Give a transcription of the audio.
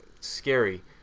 scary –